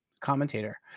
commentator